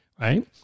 Right